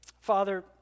Father